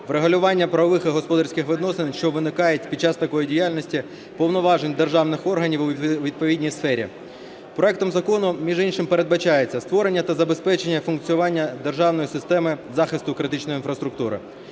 врегулювання правових і господарських відносин, що виникають під час такої діяльності, повноважень державних органів у відповідній сфері. Проектом Закону, між іншим, передбачається створення та забезпечення функціонування державної системи захисту критичної інфраструктури.